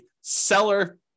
seller